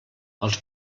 els